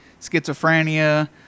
schizophrenia